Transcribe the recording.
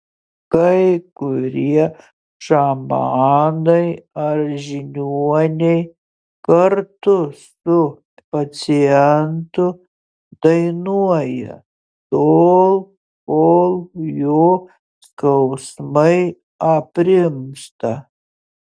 kai kurie šamanai ar žiniuoniai kartu su pacientu dainuoja tol kol jo skausmai aprimsta